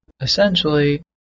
essentially